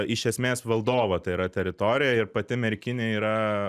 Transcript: iš esmės valdovo tai yra teritorija ir pati merkinė yra